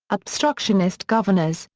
obstructionist governors,